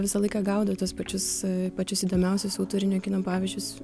visą laiką gaudo tuos pačius pačius įdomiausius autorinio kino pavyzdžius